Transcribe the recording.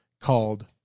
called